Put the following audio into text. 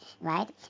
right